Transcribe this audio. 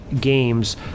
games